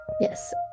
Yes